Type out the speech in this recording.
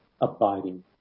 abiding